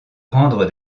rendre